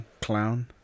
Clown